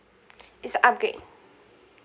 it's a upgrade